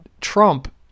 Trump